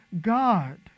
God